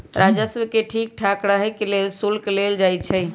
राजस्व के ठीक ठाक रहे के लेल शुल्क लेल जाई छई